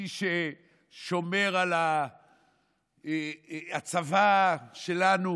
מי ששומר על הצבא שלנו